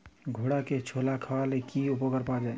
ঘোড়াকে ছোলা খাওয়ালে কি উপকার পাওয়া যায়?